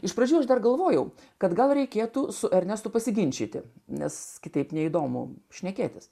iš pradžių aš dar galvojau kad gal reikėtų su ernestu pasiginčyti nes kitaip neįdomu šnekėtis